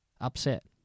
Upset